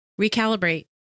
recalibrate